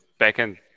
backend